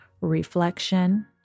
reflection